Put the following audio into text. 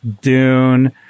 Dune